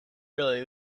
really